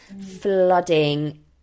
flooding